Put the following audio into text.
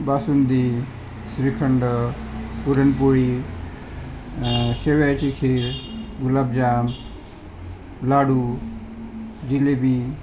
बासुंदी श्रीखंड पुरणपोळी शेवयाची खीर गुलाबजाम लाडू जिलेबी